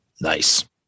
Nice